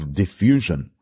diffusion